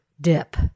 dip